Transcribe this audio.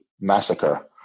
Massacre